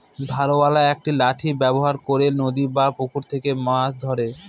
ধারওয়ালা একটি লাঠি ব্যবহার করে নদী বা পুকুরে থেকে মাছ ধরে